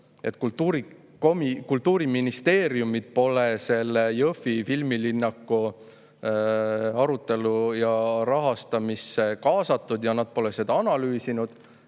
Kultuuriministeeriumit pole Jõhvi filmilinnaku arutelusse ja rahastamisse kaasatud ja nad pole seda analüüsinud.